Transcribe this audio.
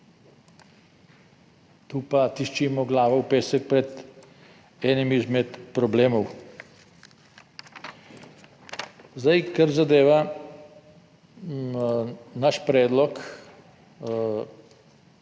Tu pa tiščimo glavo v pesek pred enim izmed problemov. Zdaj, kar zadeva naš predlog